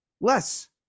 less